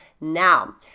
now